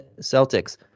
Celtics